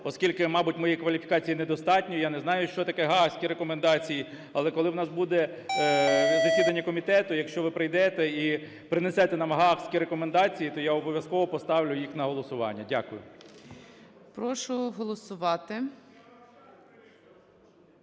оскільки, мабуть, моєї кваліфікації недостатньо, я не знаю, що таке "гаазькі рекомендації". Але, коли в нас буде засідання, комітету, якщо ви прийдете і принесете нам гаазькі рекомендації, то я обов'язково поставлю їх на голосування. Дякую. ГОЛОВУЮЧИЙ. Прошу голосувати.